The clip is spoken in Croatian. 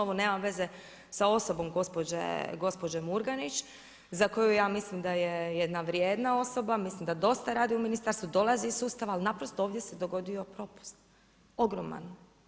Ovo nema veze sa osobom gospođe Murganić za koju ja mislim da je jedna vrijedna osoba, mislim da dosta radi u ministarstvu, dolazi iz sustava, ali naprosto ovdje se dogodio propust, ogroman.